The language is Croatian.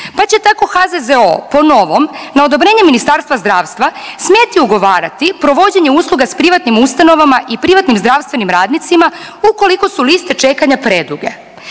pa će tako HZZO po novom na odobrenje Ministarstva zdravstva smjeti ugovarati provođenje usluga s privatnim ustanovama i privatnim zdravstvenim radnicima ukoliko su liste čekanja preduge.